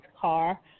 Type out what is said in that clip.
car